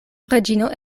reĝino